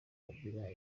kabila